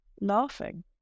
laughing